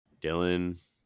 Dylan